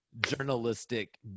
journalistic